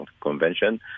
Convention